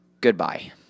Goodbye